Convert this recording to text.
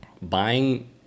buying